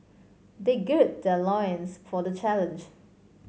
they gird their loins for the challenge